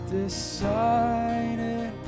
decided